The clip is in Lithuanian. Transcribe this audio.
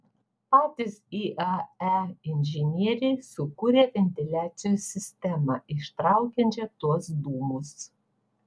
patys iae inžinieriai sukūrė ventiliacijos sistemą ištraukiančią tuos dūmus